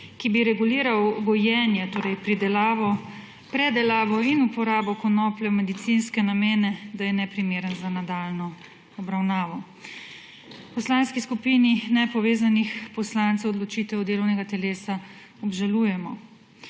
ki bi reguliral gojenje, pridelavo, predelavo in uporabo konoplje v medicinske namene, neprimeren za nadaljnjo obravnavo. V Poslanski skupini nepovezanih poslancev odločitev delovnega telesa obžalujemo.